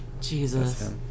Jesus